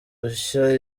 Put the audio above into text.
rushya